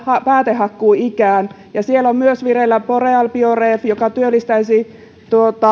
päätehakkuuikään ja siellä on myös vireillä boreal bioref joka työllistäisi